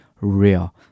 real